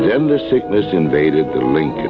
gender sickness invaded the link